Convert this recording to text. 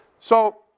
so,